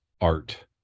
art